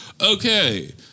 okay